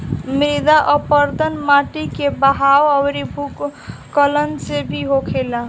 मृदा अपरदन माटी के बहाव अउरी भूखलन से भी होखेला